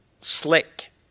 slick